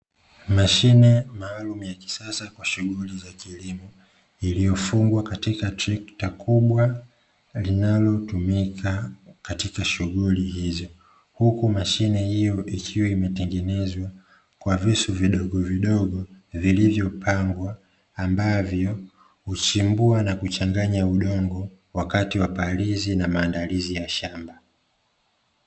Mashine maalum ya kisasa kwa shughuli za kilimo, iliyofungwa katika trekta kubwa linalotumika katika shughuli hizo, huku mashine hiyo ikiwa imetengenezwa kwa visu vidogo vidogo vilivyopangwa ambavyo, huchimbua na kuchanganya udongo, wakati wa palizi na maandalizi ya shamba.